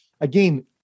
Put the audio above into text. again